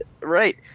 right